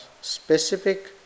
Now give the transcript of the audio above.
specific